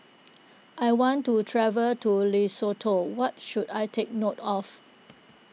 I want to travel to Lesotho what should I take note of